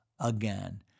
again